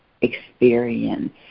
experience